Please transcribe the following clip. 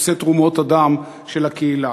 נושא תרומות הדם של הקהילה.